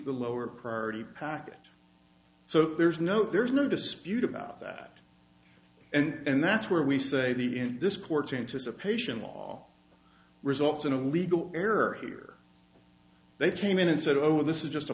the lower priority packet so there's no there's no dispute about that and that's where we say the in this court change this a patient law results in a legal error here they came in and said oh this is just a